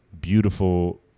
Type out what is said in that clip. beautiful